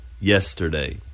yesterday